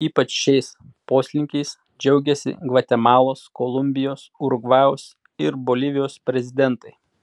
ypač šiais poslinkiais džiaugiasi gvatemalos kolumbijos urugvajaus ir bolivijos prezidentai